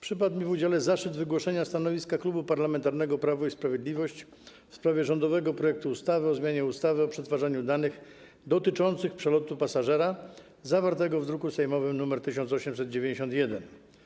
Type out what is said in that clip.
Przypadł mi w udziale zaszczyt wygłoszenia stanowiska Klubu Parlamentarnego Prawo i Sprawiedliwość wobec rządowego projektu ustawy o zmianie ustawy o przetwarzaniu danych dotyczących przelotu pasażera, druk sejmowy nr 1891.